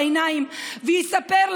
בעיניים ויספר,